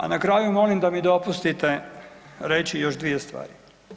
A na kraju molim da mi dopustite reći još dvije stvari.